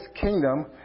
kingdom